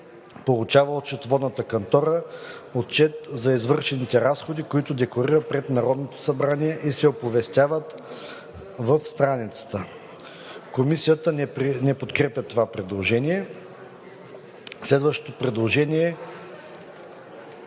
получава от счетоводната кантора отчет за извършените разходи, които декларира пред Народното събрание и се оповестяват в страницата.“ Комисията не подкрепя предложението. Предложение